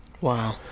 Wow